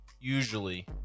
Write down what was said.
usually